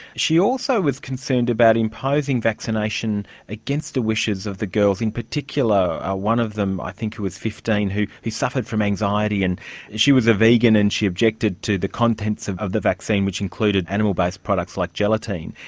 she also was concerned about imposing vaccination against the wishes of the girls, in particular, ah one of them i think who was fifteen who suffered from anxiety and she was a vegan and she objected to the contents of of the vaccine, which included animal-based products like gelatine.